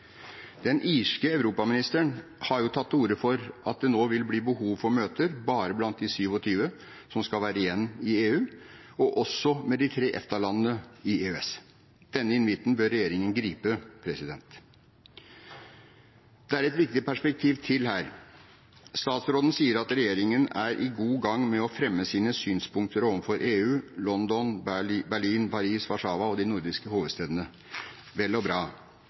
Den irske europaministeren har jo tatt til orde for at det nå vil bli behov for møter, bare blant de 27 som skal bli igjen i EU, og også med de tre EFTA-landene i EØS. Denne invitten bør regjeringen gripe. Det er et viktig perspektiv til her. Statsråden sier at regjeringen er godt i gang med å fremme sine synspunkter overfor EU, London, Berlin, Paris, Warszawa og de nordiske hovedstedene – vel og bra.